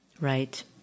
Right